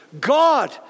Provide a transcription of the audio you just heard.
God